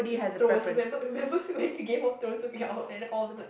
Game of Thrones remember remember when the Game of Throne came out and then all of them like